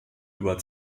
über